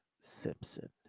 Simpson